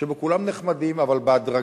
שבו כולם נחמדים, אבל בהדרגה